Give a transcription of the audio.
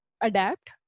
adapt